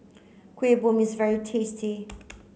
Kueh Bom is very tasty